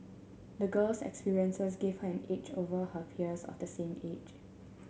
the girl's experiences gave her an edge over her peers of the same age